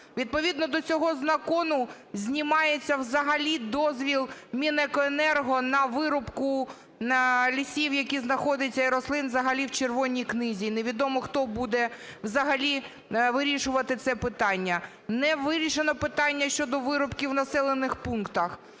Відповідно до цього закону знімається взагалі дозвіл Мінекоенерго на вирубку лісів і рослин, які знаходяться взагалі в Червоній Книзі, і невідомо, хто буде взагалі вирішувати це питання. Не вирішено питання щодо вирубки в населених пунктах.